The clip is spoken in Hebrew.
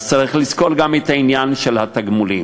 אז צריך לזכור גם את העניין של התגמולים.